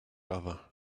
other